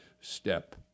step